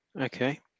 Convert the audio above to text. okay